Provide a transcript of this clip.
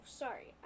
sorry